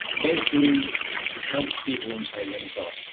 basically help people inside, venezuela